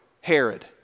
Herod